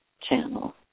channel